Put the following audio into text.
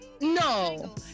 No